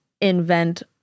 invent